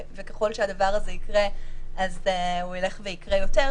וככל שהדבר הזה יקרה אז הוא ילך ויקרה יותר,